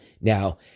Now